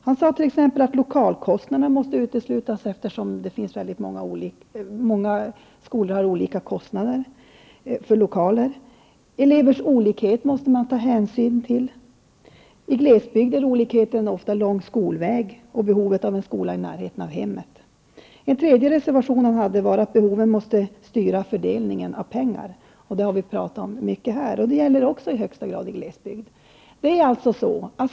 Han sade t.ex. att lokalkostnaderna måste uteslutas, eftersom skolor har olika kostnader för lokaler. Elevers olikhet måste man också ta hänsyn till. I glesbygd är olikheten ofta lång skolväg och behovet av en skola i närheten av hemmet. En tredje reservation han hade var att behoven måste styra fördelningen av pengar. Det har vi talat mycket om här, och det gäller också i högsta grad i glesbygden.